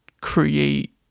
create